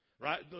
Right